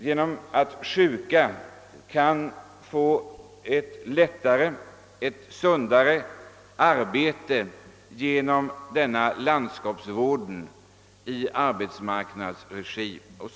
Sjuka personer kan få ett lättare och sundare arbete på landskapsvårdens område i arbetsmarknadsverkets regi.